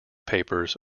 papers